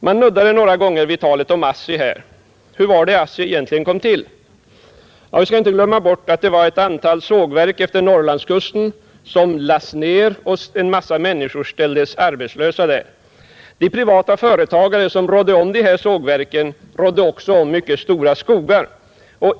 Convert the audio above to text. Man snuddade här några gånger vid ASSI. Hur kom egentligen ASSI till? Vi skall inte glömma bort, att det var ett antal sågverk utefter Norrlandskusten som lades ned och att en mängd människor ställdes arbetslösa. De privata företagare som rådde om dessa sågverk, ägde också mycket stora skogar.